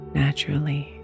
naturally